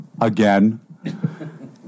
again